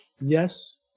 Yes